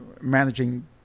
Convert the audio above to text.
managing